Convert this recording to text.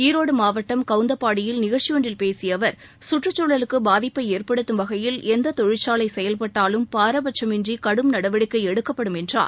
ஈரோடு மாவட்டம் கவுந்தபாடியில் நிகழ்ச்சி ஒன்றில் பேசிய அவர் குற்றச்சூழலுக்கு பாதிப்பை ஏற்படுத்தும் வகையில் எந்தத் தொழிற்சாலை செயல்பட்டாலும் பாரபட்சமின்றி கடும் நடவடிக்கை எடுக்கப்படும் என்றார்